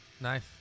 Nice